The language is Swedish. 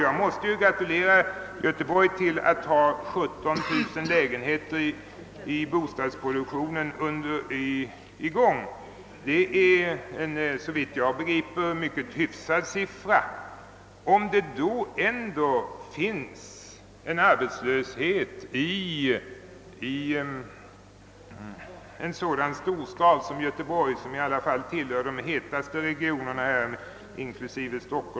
Jag måste gratulera Göteborg till att ha i gång 17000 lägenheter i bostadsproduktionen; det är såvitt jag förstår en mycket hyfsad siffra. Om det ändå råder arbetslöshet i en så stor stad som Göteborg, som dock tillsammans med Stockholm och Malmö tillhör de hetaste regionerna, torde problemet få sökas någon annanstans.